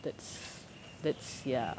that's that's ya